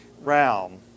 realm